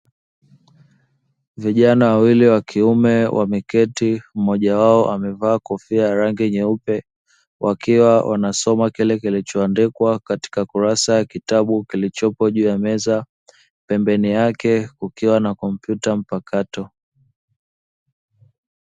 Vijana wawili wa kiume wameketi, mmoja wao amevaa kofia ya rangi nyeupe wakiwa wanasoma kile kilichoandikwa katika kurasa ya kitabu kilichopo juu ya meza, pembeni yake kukiwa na kompyuta mpakato.